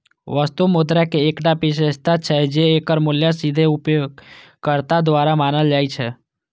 वस्तु मुद्राक एकटा विशेषता छै, जे एकर मूल्य सीधे उपयोगकर्ता द्वारा मानल जाइ छै